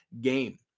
game